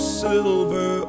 silver